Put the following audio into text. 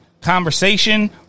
conversation